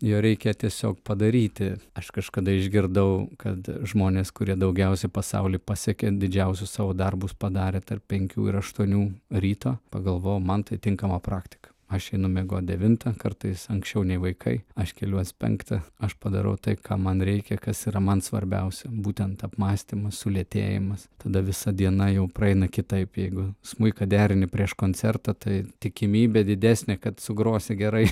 jo reikia tiesiog padaryti aš kažkada išgirdau kad žmonės kurie daugiausia pasaulyje pasiekė didžiausius savo darbus padarė tarp penkių ir aštuonių ryto pagalvojau man tai tinkama praktika aš einu miegot devintą kartais anksčiau nei vaikai aš keliuosi penktą aš padarau tai ką man reikia kas yra man svarbiausia būtent apmąstymas sulėtėjimas tada visa diena jau praeina kitaip jeigu smuiką derini prieš koncertą tai tikimybė didesnė kad sugrosi gerai